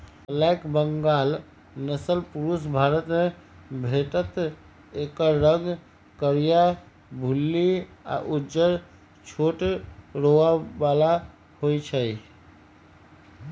black Bengal नसल पुरुब भारतमे भेटत एकर रंग करीया, भुल्ली आ उज्जर छोट रोआ बला होइ छइ